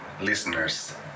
Listeners